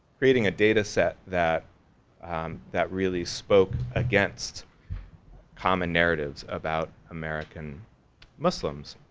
creating a data set that that really spoke against common narratives about american muslims.